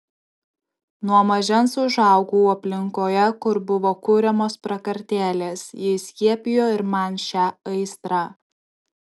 nuo mažens užaugau aplinkoje kur buvo kuriamos prakartėlės ji įskiepijo ir man šią aistrą